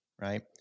right